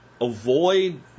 avoid